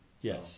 Yes